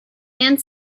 and